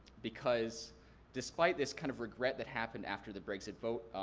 because despite this kind of regret that happened after the brexit vote,